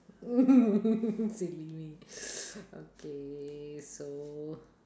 silly me okay so